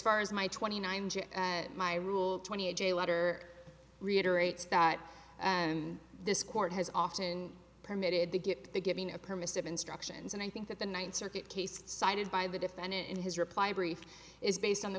far as my twenty nine to my rule twenty a day letter reiterate that and this court has often permitted to get the giving a permissive instructions and i think that the ninth circuit case cited by the defendant in his reply brief is based on the